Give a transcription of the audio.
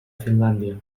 finlàndia